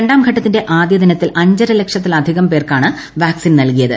രണ്ടാം ഘട്ടത്തിന്റെ ആദ്യദിനത്തിൽ അഞ്ചര ലക്ഷത്തിലധികം പേർക്കാണ് വാക്സിൻ നൽകിയത്